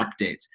updates